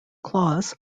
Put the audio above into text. claws